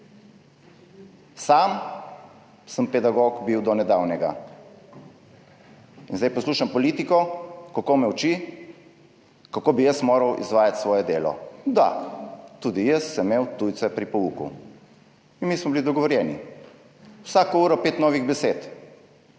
Sam sem bil pedagog do nedavnega in zdaj poslušam politiko, kako me uči, kako bi jaz moral izvajati svoje delo. Da, tudi jaz sem imel tujce pri pouku in mi smo bili dogovorjeni, vsako uro pet novih besed.